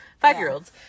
five-year-olds